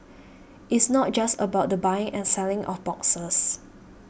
it's not just about the buying and selling of boxes